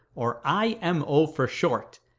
or imo for short,